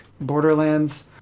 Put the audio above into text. Borderlands